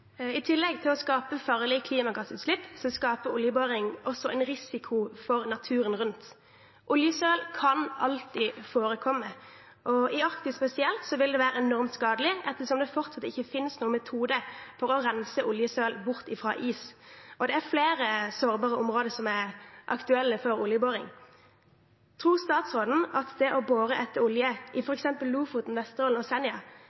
I tillegg til å skape farlige klimagassutslipp skaper oljeboring også en risiko for naturen rundt. Oljesøl kan alltid forekomme, og spesielt i Arktis vil det være enormt skadelig, ettersom det fortsatt ikke finnes noen metode for å rense oljesøl bort fra is. Det er flere sårbare områder som er aktuelle for oljeboring. Tror statsråden at det å bore etter olje f.eks. utenfor Lofoten, Vesterålen og Senja